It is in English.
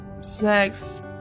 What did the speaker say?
snacks